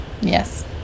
yes